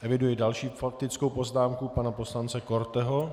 Eviduji další faktickou poznámku pana poslance Korteho.